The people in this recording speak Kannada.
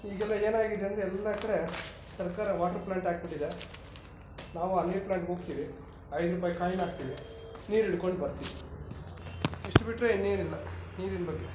ಈಗೆಲ್ಲ ಏನಾಗಿದೆ ಅಂದರೆ ಎಲ್ಲ ಕಡೆ ಸರ್ಕಾರ ವಾಟ್ರ್ ಪ್ಲಾಂಟ್ ಹಾಕಿಬಿಟ್ಟಿದೆ ನಾವು ಆ ನೀರು ಪ್ಲಾಂಟ್ಗೆ ಹೋಗ್ತೀವಿ ಐದು ರೂಪಾಯಿ ಕಾಯ್ನ್ ಹಾಕ್ತೀವಿ ನೀರು ಹಿಡ್ಕೊಂಡು ಬರ್ತೀವಿ ಇಷ್ಟು ಬಿಟ್ಟರೆ ಇನ್ನೇನಿಲ್ಲ ನೀರಿನ ಬಗ್ಗೆ